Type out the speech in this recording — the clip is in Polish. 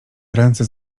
ręce